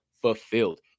fulfilled